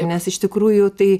nes iš tikrųjų tai